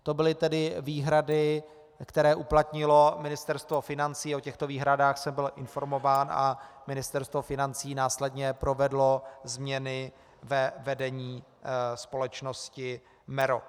To byly tedy výhrady, které uplatnilo Ministerstvo financí, o těchto výhradách jsem byl informován a Ministerstvo financí následně provedlo změny ve vedení společnosti MERO.